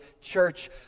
church